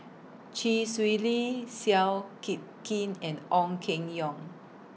Chee Swee Lee Seow Kit Kin and Ong Keng Yong